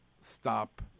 stop